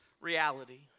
reality